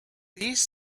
these